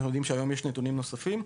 ואנחנו יודעים שהיום יש נתונים נוספים.